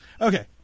okay